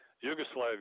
Yugoslavia